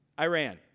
iran